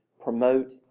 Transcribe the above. promote